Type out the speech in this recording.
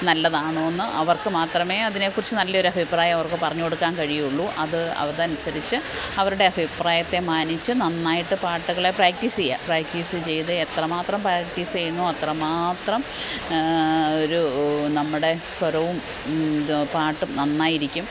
നല്ലതാണോ എന്ന് അവർക്ക് മാത്രമേ അതിനെക്കുറിച്ച് നല്ലൊരു അഭിപ്രായം അവർക്ക് പറഞ്ഞുകൊടുക്കാൻ കഴിയുള്ളൂ അത് അതനുസരിച്ച് അവരുടെ അഭിപ്രായത്തെ മാനിച്ച് നന്നായിട്ട് പാട്ടുകളെ പ്രാക്ടീസെയ്യാ പ്രാക്ടീസ് ചെയ്ത് എത്രമാത്രം പ്രാക്ടീസെയ്യുന്നോ അത്രമാത്രം ഒരു നമ്മുടെ സ്വരവും ഇത് പാട്ടും നന്നായിരിക്കും